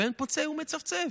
ואין פוצה פה ומצפצף.